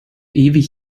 ewig